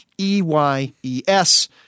E-Y-E-S